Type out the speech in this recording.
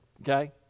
Okay